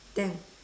ten